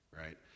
right